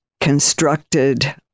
constructed